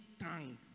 tongue